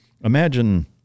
imagine